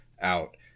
out